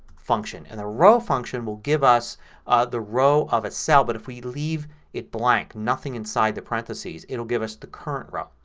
function. and the row function will give us the row of a cell. but if we leave it blank, nothing inside the parentheses, it'll give us the current row.